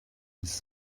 his